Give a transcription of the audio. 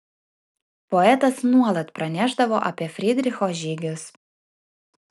poetas nuolat pranešdavo apie frydricho žygius